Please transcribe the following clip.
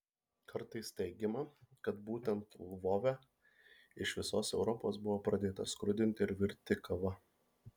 kartais teigiama kad būtent lvove iš visos europos buvo pradėta skrudinti ir virti kava